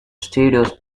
studios